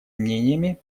мнениями